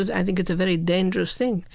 i think it's a very dangerous thing,